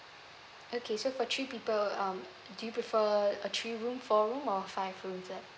okay so for three people um do you prefer a three room four room or five room flat